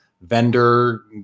vendor